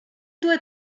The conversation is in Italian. due